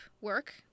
work